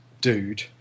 dude